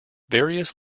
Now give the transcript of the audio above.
various